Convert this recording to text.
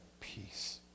peace